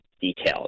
details